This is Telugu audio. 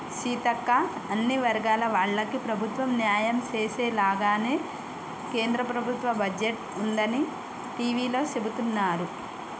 సీతక్క అన్ని వర్గాల వాళ్లకి ప్రభుత్వం న్యాయం చేసేలాగానే కేంద్ర ప్రభుత్వ బడ్జెట్ ఉందని టివీలో సెబుతున్నారు